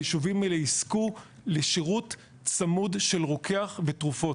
והיישובים האלה יזכו לשירות צמוד של רוקח ותרופות,